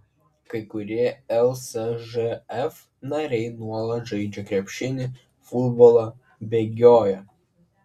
kai kurie lsžf nariai nuolat žaidžia krepšinį futbolą bėgioja